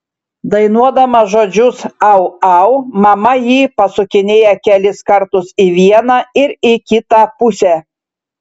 dainuodama žodžius au au mama jį pasukinėja kelis kartus į vieną ir į kitą pusę